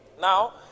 Now